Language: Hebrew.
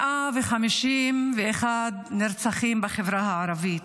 151 נרצחים בחברה הערבית,